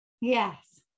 Yes